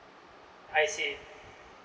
I see